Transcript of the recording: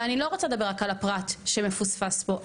אבל אני לא רוצה לדבר רק על הפרט שמפוספס פה,